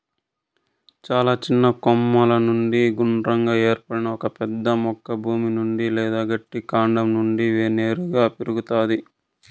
చాలా చిన్న కొమ్మల నుండి గుండ్రంగా ఏర్పడిన ఒక పెద్ద మొక్క భూమి నుండి లేదా గట్టి కాండం నుండి నేరుగా పెరుగుతాది